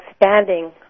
expanding